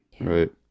right